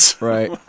right